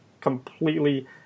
completely